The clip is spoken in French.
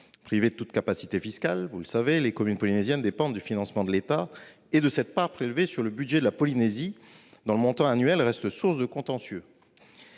Privées de toute capacité fiscale, vous le savez, les communes polynésiennes dépendent du financement de l’État et de cette part prélevée sur le budget de la Polynésie, dont le montant annuel reste source de contentieux.